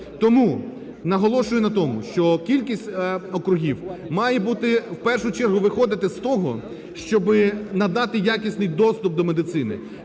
Тому наголошую на тому, що кількість округів має бути в першу чергу виходити з того, щоб надати якісний доступ до медицини.